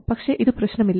പക്ഷേ ഇത് പ്രശ്നമില്ല